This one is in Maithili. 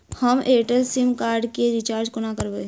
हम एयरटेल सिम कार्ड केँ रिचार्ज कोना करबै?